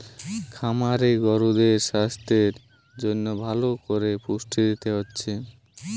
খামারে গরুদের সাস্থের জন্যে ভালো কোরে পুষ্টি দিতে হচ্ছে